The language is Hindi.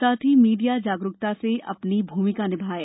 साथ ही मीडिया जागरुकता से अपनी भूमिका निभाएं